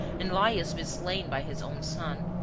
and laius be slain by his own son.